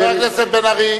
חבר הכנסת בן-ארי,